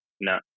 No